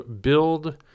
build